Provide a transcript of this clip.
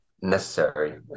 necessary